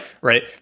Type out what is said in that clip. Right